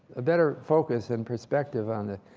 better focus and perspective on it.